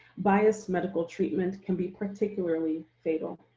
biased medical treatment can be particularly fatal.